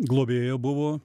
globėja buvo